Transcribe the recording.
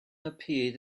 appeared